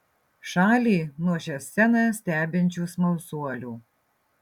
šalį nuo šią sceną stebinčių smalsuolių